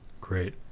great